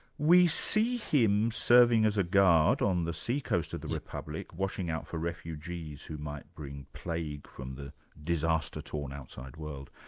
we see him serving as a guard on the sea coast of the republic, watching out for refugees who might bring plague from the disaster-torn outside world.